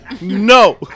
no